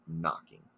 knocking